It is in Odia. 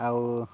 ଆଉ